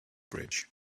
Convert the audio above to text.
bridge